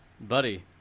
Buddy